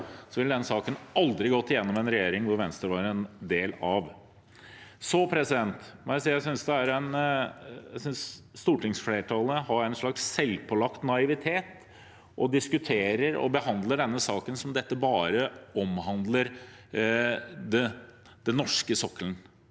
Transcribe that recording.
ville denne saken aldri gått gjennom i en regjering som Venstre var en del av. Så må jeg si at jeg synes stortingsflertallet har en slags selvpålagt naivitet og diskuterer og behandler denne saken som om dette bare omhandler den norske sokkelen.